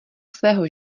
svého